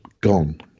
gone